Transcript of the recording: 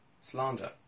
slander